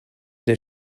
der